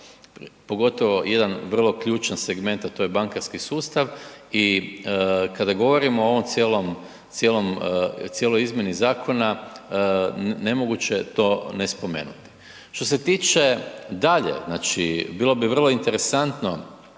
Pogotovo jedan vrlo ključan segment, a to je bankarski sustav i kada govorimo o ovom cijelom, cijeloj izmjeni zakona nemoguće je to ne spomenuti. Što se tiče dalje, znači bilo bi vrlo interesantno